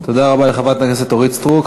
תודה רבה לחברת הכנסת אורית סטרוק.